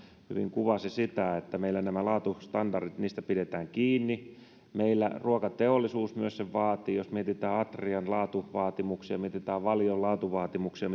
kuvasi niin meillä näistä laatustandardeista pidetään kiinni meillä ruokateollisuus myös sen vaatii jos mietitään atrian laatuvaatimuksia mietitään valion laatuvaatimuksia